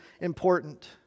important